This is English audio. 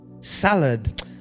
salad